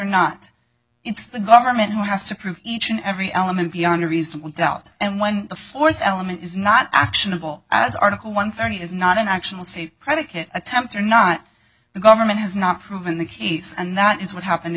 not it's the government who has to prove each and every element beyond a reasonable doubt and when the fourth element is not actionable as article one thirty is not an actual say predicate attempts or not the government has not proven the case and that is what happened